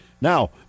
Now